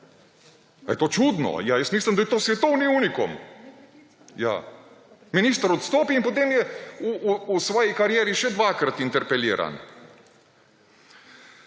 je to čudno? Ja, jaz mislim, da je to svetovni unikum. Ja, minister odstopi in potem je v svoji karieri še dvakrat interpeliran.